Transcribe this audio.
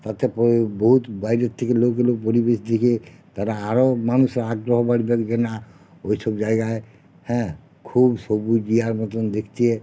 তাতে বহু বহুত বাইরের থেকে লোক এলেও পরিবেশ দেখে তারা আরও মানুষের আগ্রহ বাড়বে যে না ওইসব জায়গায় হ্যাঁ খুব সবুজ ইয়ার মতন দেখতে